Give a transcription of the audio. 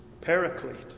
Paraclete